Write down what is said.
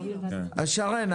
שרן,